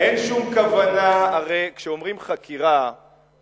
אין שום כוונה, הרי, כשאומרים חקירה במשמעות,